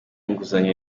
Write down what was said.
inguzanyo